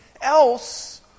else